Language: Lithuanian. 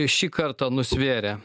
šį kartą nusvėrė